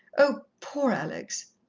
oh, poor alex!